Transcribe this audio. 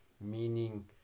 meaning